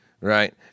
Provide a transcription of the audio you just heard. right